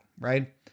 right